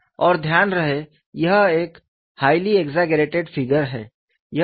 और ध्यान रहे यह एक हाइली एक्सागेरटेड फिगर है